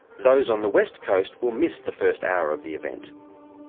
those on the west coast will miss the first hour of the event.